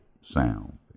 sound